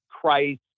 Christ